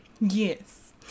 yes